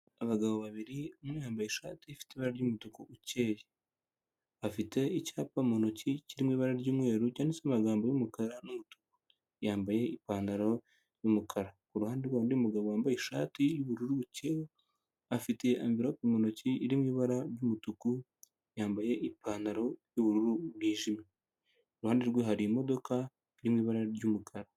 Abagabo babiri umwe yambaye ishati ifite ibara ry'umutuku ukeye, afite icyapa mu ntoki kirimo ibara ry'umweru cyanditseho amagambo y'umukara n'umutuku, yambaye ipantaro y'umukara, ku ruhande rwe hari undi mugabo wambaye ishati y'ubururu bukeye, afite amvilope mu ntoki iri mu ibara ry'umutuku, yambaye ipantaro y'ubururu bwijimye, iruhande rwe hari imodoka iri mu ibara ry'umukara.